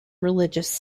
religious